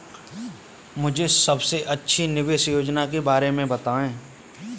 मुझे सबसे अच्छी निवेश योजना के बारे में बताएँ?